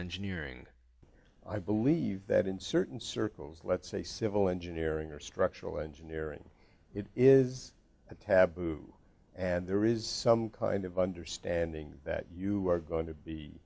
engineering i believe that in certain circles let's say civil engineering or structural engineering it is a taboo and there is some kind of understanding that you are going to be